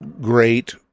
great